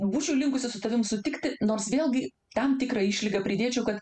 būčiau linkusi su tavim sutikti nors vėlgi tam tikrą išlygą pridėčiau kad